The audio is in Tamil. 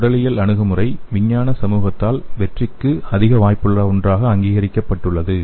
உடலியல் அணுகுமுறை விஞ்ஞான சமூகத்தால் வெற்றிக்கு அதிக வாய்ப்புள்ள ஒன்றாக அங்கீகரிக்கப்பட்டுள்ளது